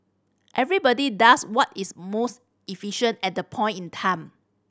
everybody does what is most efficient at that point in time